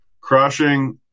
crushing